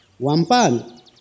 wampan